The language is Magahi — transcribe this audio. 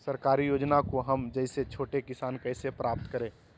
सरकारी योजना को हम जैसे छोटे किसान कैसे प्राप्त करें?